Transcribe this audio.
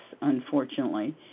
unfortunately